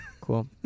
Cool